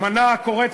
אמנה הקוראת,